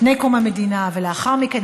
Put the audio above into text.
לפני קום המדינה ולאחר מכן,